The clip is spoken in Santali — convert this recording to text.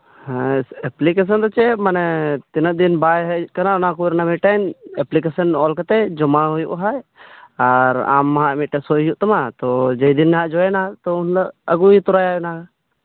ᱦᱮᱸ ᱮᱯᱞᱤᱠᱮᱥᱚᱱ ᱫᱚ ᱪᱮᱫ ᱢᱟᱱᱮ ᱛᱤᱱᱟᱹᱜ ᱫᱤᱱ ᱵᱟᱭ ᱦᱮᱡ ᱟᱠᱟᱱᱟ ᱚᱱᱟᱠᱚ ᱨᱮᱭᱟᱜ ᱢᱤᱫᱴᱮᱱ ᱮᱯᱞᱤᱠᱮᱥᱮᱱ ᱚᱞ ᱠᱟᱛᱮᱫ ᱡᱚᱢᱟ ᱦᱩᱭᱩᱜᱼᱟ ᱱᱟᱦᱟᱜ ᱟᱨ ᱟᱢᱟᱜ ᱢᱤᱫᱴᱮᱱ ᱥᱳᱭ ᱦᱩᱭᱩᱜ ᱛᱟᱢᱟ ᱛᱳ ᱡᱮᱫᱤᱱ ᱦᱤᱡᱩᱜ ᱟᱭ ᱱᱟᱦᱟᱜ ᱩᱱᱦᱤᱞᱳᱜ ᱟᱹᱜᱩ ᱛᱚᱨᱟᱭᱟᱭ ᱚᱱᱟ